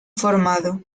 formado